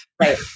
right